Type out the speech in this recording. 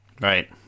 Right